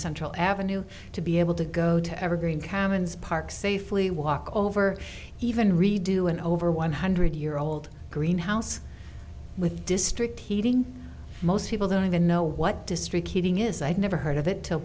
central avenue to be able to go to evergreen commons park safely walk over even redo and over one hundred year old greenhouse with district heating most people don't even know what district heating is i've never heard of it til